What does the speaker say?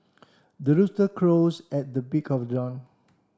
the rooster crows at the break of dawn